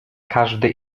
każdy